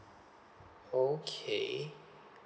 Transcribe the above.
okay